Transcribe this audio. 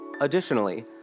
Additionally